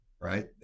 right